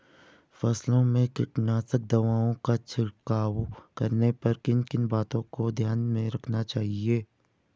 फसलों में कीटनाशक दवाओं का छिड़काव करने पर किन किन बातों को ध्यान में रखना चाहिए?